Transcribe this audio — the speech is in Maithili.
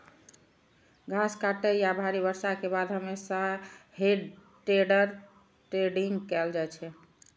घास काटै या भारी बर्षा के बाद हमेशा हे टेडर टेडिंग कैल जाइ छै